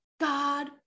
God